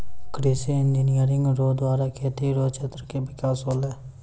कृषि इंजीनियरिंग रो द्वारा खेती रो क्षेत्र मे बिकास होलै